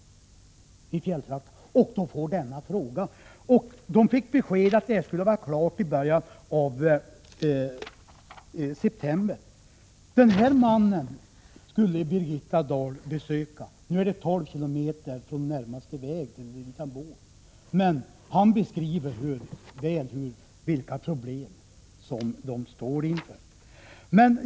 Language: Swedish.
Ändå möts de av en sådan här fråga. Dessa människor fick besked om att behandlingen av deras fall skulle vara klar i början av september. Jag har i min hand uppgifter från en av dem, en man som Birgitta Dahl borde lova att besöka. Han har där han bor 12 km till närmaste väg. Han beskriver klart vilka problem som de här människorna står inför.